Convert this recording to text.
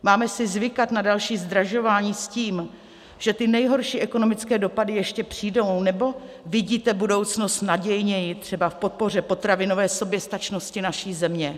Máme si zvykat na další zdražování s tím, že ty nejhorší ekonomické dopady ještě přijdou, nebo vidíte budoucnost nadějněji třeba v podpoře potravinové soběstačnosti naší země?